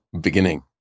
beginning